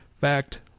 Fact